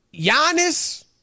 Giannis